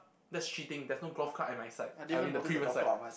that's cheating there's no golf club at my side I mean the previous side